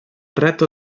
retto